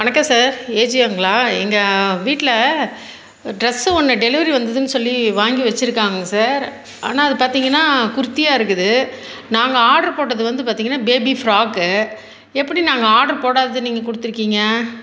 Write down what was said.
வணக்கம் சார் ஏஜியோங்களா எங்கள் வீட்டில் ட்ரஸ்ஸு ஒன்று டெலிவரி வந்ததுன்னு சொல்லி வாங்கி வச்சிருக்காங்க சார் ஆனால் அது பார்த்திங்கன்னா குர்த்தியாக இருக்குது நாங்கள் ஆட்ரு போட்டது வந்து பார்த்திங்கன்னா பேபி ஃப்ராக்கு எப்படி நாங்கள் ஆட்ரு போடாதது நீங்கள் கொடுத்துருக்கீங்க